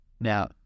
now